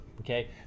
okay